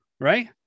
right